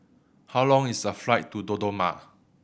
how long is the flight to Dodoma